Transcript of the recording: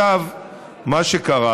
מה שקרה,